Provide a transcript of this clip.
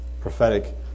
Prophetic